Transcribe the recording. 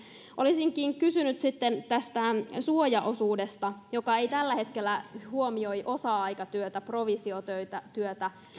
olisinkin kysynyt sitten suojaosuudesta joka ei tällä hetkellä huomioi osa aikatyötä provisiotyötä